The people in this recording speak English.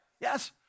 Yes